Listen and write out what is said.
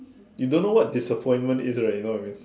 you don't know what disappointment is right you know what I mean